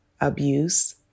abuse